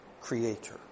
creator